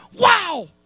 wow